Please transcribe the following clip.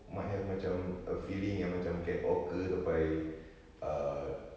might have a macam a feeling yang macam can occur sampai err